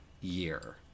year